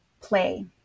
play